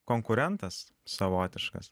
konkurentas savotiškas